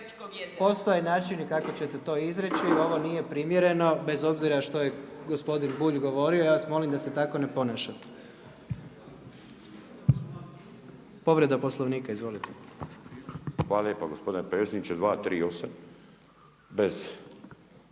postoje načini kako ćete to izreći, ovo nije primjerno, bez obzira što je gospodin Bulj govorio, ja vas molim da se tako ne ponašate. Povreda poslovnika, izvolite. **Bulj, Miro (MOST)** Hvala